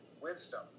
wisdom